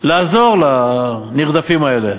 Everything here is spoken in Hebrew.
עזרה לנרדפים האלה?